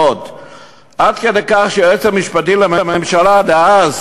עד כדי כך שהיועץ המשפטי לממשלה דאז